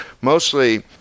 mostly